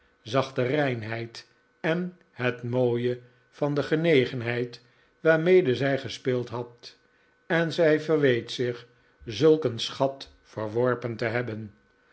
de reinheid en het mooie van de genegenheid waarmede zij gespeeld had en zij verweet zich zulk een schat verworpen te hebben